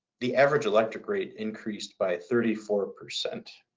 the average electric rate increased by thirty four percent.